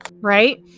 Right